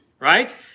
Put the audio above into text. right